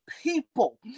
people